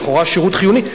לכאורה שירות חיוני.